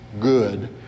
good